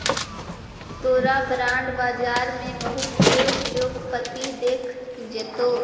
तोरा बॉन्ड बाजार में बहुत से उद्योगपति दिख जतो